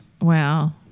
Wow